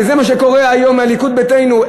זה מה שקורה היום לליכוד ביתנו.